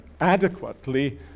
adequately